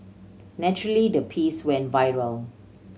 naturally the piece went viral